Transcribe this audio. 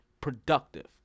productive